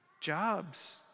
jobs